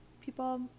people